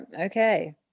okay